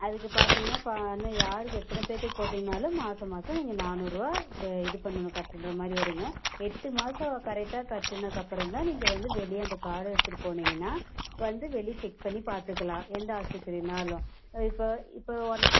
அதுக்கு பார்த்தீங்கன்னா இன்னும் யாருக்கு எத்தனை பேர்த்துக்கு போட்டிங்கன்னாலும் மாதம் மாதம் நீங்கள் நானூறுபா இது பண்ணணும் கட்டுற மாதிரி வரும்ங்க எட்டு மாதம் கரெக்டாக கட்டுனதுக்கப்புறந்தான் நீங்கள் வந்து வெளியில் அந்த கார்டை எடுத்துட்டு போனீங்கன்னா வந்து வெளில செக் பண்ணி பார்த்துக்கலாம் எந்த ஆஸ்பத்திரினாலும் இப்போ இப்போ ஒன்